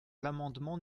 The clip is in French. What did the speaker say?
l’amendement